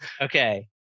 okay